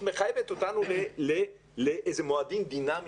שמחייבת אותנו למועדים דינמיים?